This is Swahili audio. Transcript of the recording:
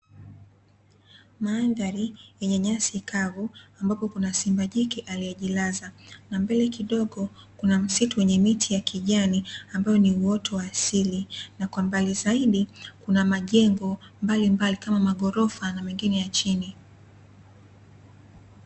Mandhari yenye nyasi kavu ambapo kuna simba jike aliyejilaza na mbele kidogo kuna msitu wenye miti ya kijani ambayo ni uoto wa asili na kwa mbali zaidi kuna majengo mbalimbali, kama; maghorofa na mengine ya chini.